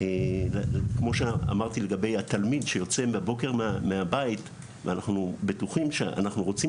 כמו שאמרתי לגבי התלמיד שיוצא בבוקר מהבית ואנחנו בטוחים שאנחנו רוצים